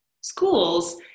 schools